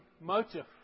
motive